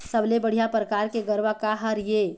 सबले बढ़िया परकार के गरवा का हर ये?